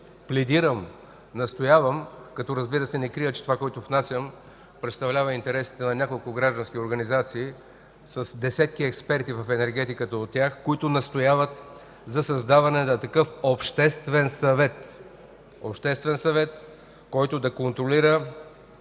пледирам, настоявам и, разбира се, не крия, че това, което внасям, представлява интересите на няколко граждански организации с десетки експерти в енергетиката от тях, които настояват за създаване на такъв Обществен съвет, който да контролира